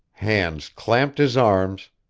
hands clamped his arms,